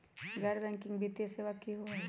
गैर बैकिंग वित्तीय सेवा की होअ हई?